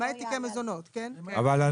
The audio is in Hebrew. למעט תיקי מזונות.